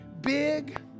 big